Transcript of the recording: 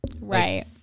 right